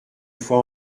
fois